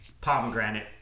pomegranate